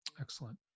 Excellent